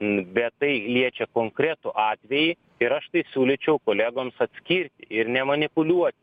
bet tai liečia konkretų atvejį ir aš tai siūlyčiau kolegoms atskirti ir nemanipuliuoti